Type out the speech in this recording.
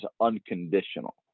unconditional